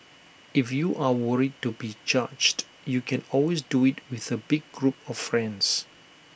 if you are worried to be judged you can always do IT with A big group of friends